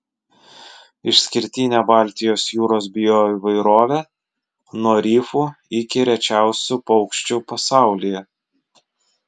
išskirtinė baltijos jūros bioįvairovė nuo rifų iki rečiausių paukščių pasaulyje